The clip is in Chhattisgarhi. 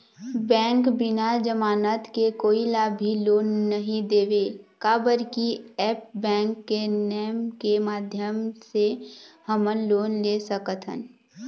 बैंक बिना जमानत के कोई ला भी लोन नहीं देवे का बर की ऐप बैंक के नेम के माध्यम से हमन लोन ले सकथन?